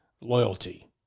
loyalty